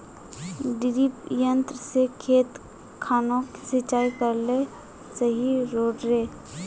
डिरिपयंऋ से खेत खानोक सिंचाई करले सही रोडेर?